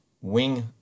wing